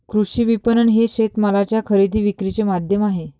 कृषी विपणन हे शेतमालाच्या खरेदी विक्रीचे माध्यम आहे